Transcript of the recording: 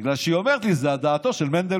בגלל שהיא אומרת לי: זה על דעתו של מנדלבליט.